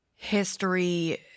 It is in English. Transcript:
history